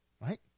Right